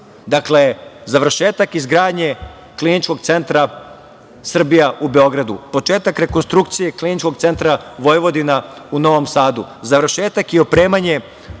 Dakle, završetak izgradnje Kliničkog centra Srbije u Beogradu, početak rekonstrukcije KC Vojvodina u Novom Sadu, završetak i opremanje